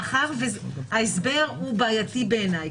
ההסבר הוא בעייתי בעיניי.